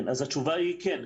התשובה היא כן.